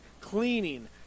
cleaning